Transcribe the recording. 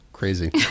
crazy